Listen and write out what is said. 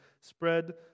spread